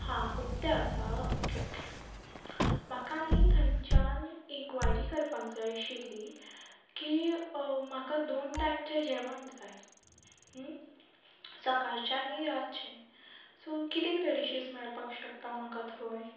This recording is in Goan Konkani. हां उक्तें आसा ओके ओके म्हाका न्ही थंयच्यान इन्क्वायरी करपाक जाय आशिल्ली की म्हाका दोन टायमचें जेवण जाय सकाळचें आनी रातचें सो कितें कितें डिशीज मेळपाक शकता म्हाका थंय